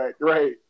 Right